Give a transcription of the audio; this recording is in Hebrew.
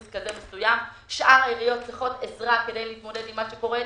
כזה וגם שאר העיריות צריכות עזרה כדי להתמודד עם מה שקורה.